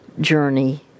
journey